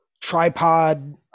tripod